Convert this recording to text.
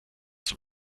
zum